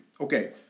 Okay